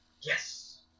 Yes